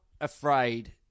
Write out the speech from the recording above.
afraid